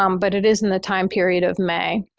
um but it is in the time period of may.